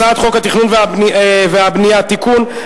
הצעת חוק התכנון והבנייה (תיקון,